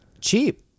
Cheap